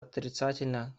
отрицательно